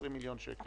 לעסקים.